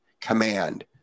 command